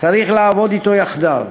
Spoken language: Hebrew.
צריך לעבוד אתו יחדיו,